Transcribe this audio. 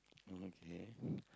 okay